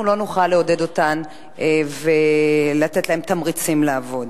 אנחנו לא נוכל לעודד אותן ולתת להן תמריצים לעבוד.